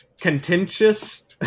contentious